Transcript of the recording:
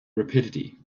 rapidity